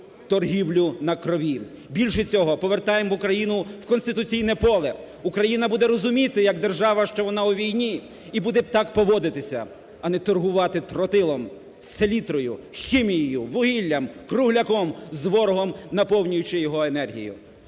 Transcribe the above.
торгівлю на крові. Більше того, повертаємо Україну у конституційне поле. Україна буде розуміти як держава, що вона у війні і буде так поводитися, а не торгувати тротилом, селітрою, хімією, вугіллям, кругляком з ворогом, наповнюючи його енергією.